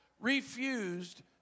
refused